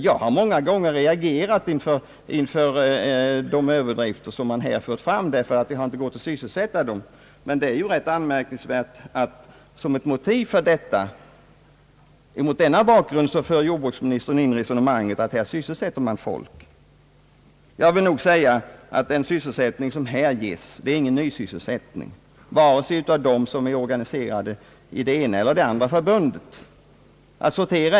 Jag har ofta reagerat mot de överdrifter som därvidlag förekommit eftersom det inte gått att sysselsätta människorna på annat håll. Men det är ju mot den bakgrunden rätt anmärkningsvärt att jordbruksministern nu för in synpunkten att man skapar sysselsättning. Enligt min mening blir det här inte fråga om någon nysysselsättning, vare sig de anställda tillhör ena eller andra förbundet.